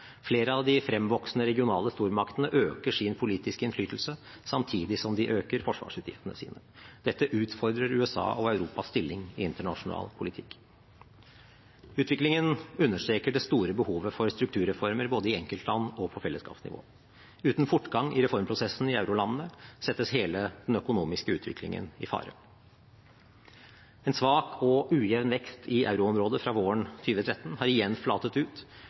Flere av de fremvoksende regionale stormaktene øker sin politiske innflytelse samtidig som de øker forsvarsutgiftene sine. Dette utfordrer USA og Europas stilling i internasjonal politikk. Utviklingen understreker det store behovet for strukturreformer både i enkeltland og på fellesskapsnivå. Uten fortgang i reformprosessen i eurolandene settes hele den økonomiske utviklingen i fare. En svak og ujevn vekst i euroområdet fra våren 2013 har igjen flatet ut,